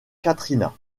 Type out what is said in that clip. katrina